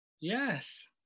yes